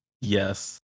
yes